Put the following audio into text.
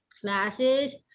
classes